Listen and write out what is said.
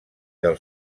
del